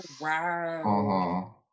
Wow